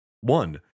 One